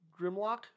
Grimlock